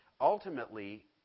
Ultimately